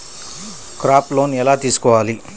Crop loan ఎలా తీసుకోవాలి?